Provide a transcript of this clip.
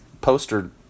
poster